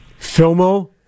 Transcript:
Filmo